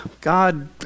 God